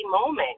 moment